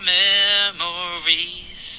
memories